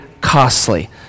costly